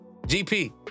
GP